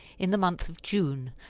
in the month of june,